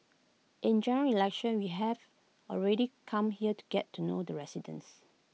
in General Election we have already come here to get to know the residents